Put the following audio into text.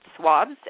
swabs